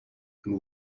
and